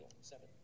Seven